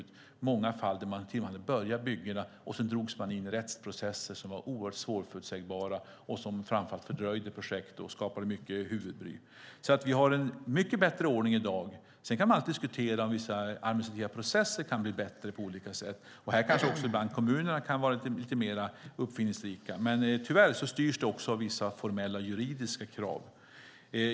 Tidigare hade man i många fall till och med hunnit påbörja bygget för att sedan dras in i rättsprocesser som var oerhört svårförutsägbara, fördröjde projekten och skapade mycket huvudbry. I dag har vi en mycket bättre ordning. Sedan kan man diskutera om vissa administrativa processer kan bli bättre. Här kanske även kommunerna ibland kan vara lite mer uppfinningsrika. Tyvärr styrs det av vissa formella juridiska krav.